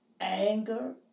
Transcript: anger